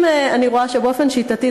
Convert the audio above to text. אם אני רואה שבאופן שיטתי,